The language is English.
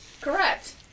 correct